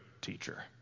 teacher